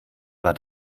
war